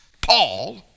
Paul